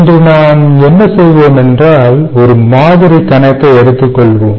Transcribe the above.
இன்று நாம் என்ன செய்வோம் என்றால் ஒரு மாதிரி கணக்கை எடுத்துக்கொள்வோம்